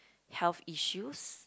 health issues